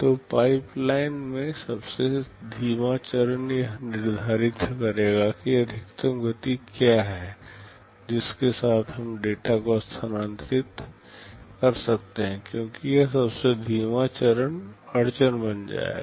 तो pipeline में सबसे धीमा चरण यह निर्धारित करेगा कि अधिकतम गति क्या है जिसके साथ हम डेटा को स्थानांतरित कर सकते हैं क्योंकि यह सबसे धीमा चरण अड़चन बन जाएगा